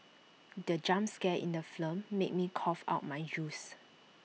the jump scare in the film made me cough out my juice